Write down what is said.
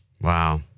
Wow